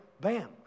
bam